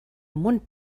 mund